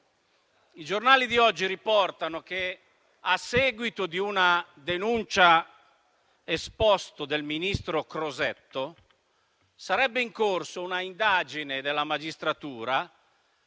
I giornali di oggi riportano che, a seguito di una denuncia-esposto del ministro Crosetto, sarebbe in corso un'indagine della magistratura